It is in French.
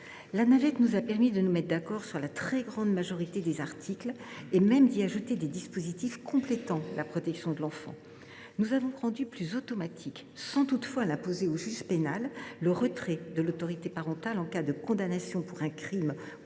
parlementaire nous a permis de nous mettre d’accord sur la très grande majorité des articles, et même d’y ajouter des dispositifs complétant la protection de l’enfant. Nous avons rendu plus automatique – sans toutefois l’imposer au juge pénal – le retrait de l’autorité parentale en cas de condamnation pour un crime ou une